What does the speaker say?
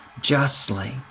justly